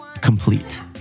Complete